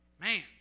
Man